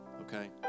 okay